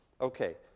Okay